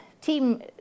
team